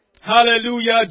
Hallelujah